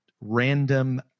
random